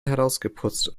herausgeputzt